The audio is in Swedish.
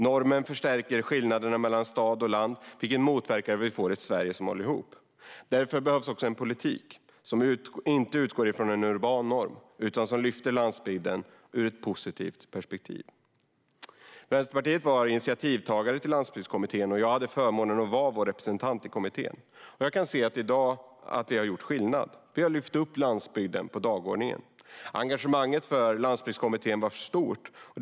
Normen förstärker skillnaderna mellan stad och land, vilket motverkar att få ett Sverige som håller ihop. Därför behövs också en politik som inte utgår från en urban norm utan lyfter fram landsbygden från ett positivt perspektiv. Vänsterpartiet var initiativtagare till Landsbygdskommittén, och jag hade förmånen att vara vår representant i kommittén. Jag kan se i dag att vi har gjort skillnad. Vi har lyft upp landsbygden på dagordningen. Engagemanget för Landsbygdskommittén har varit stort.